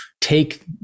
take